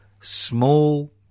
Small